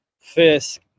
Fisk